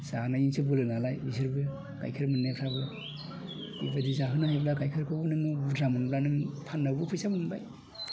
जानायजोंसो बोलो नालाय इसोरबो गाइखेर मोननायफ्राबो जुदि जाहोनो हायोबा गाइखेरफ्राबो नोङो बुरजा मोनबा नों फाननाबो फैसा मोनबाय